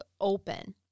open